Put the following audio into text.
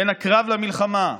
בין הקרב למלחמה.